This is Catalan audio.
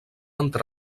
entre